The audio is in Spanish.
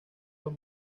los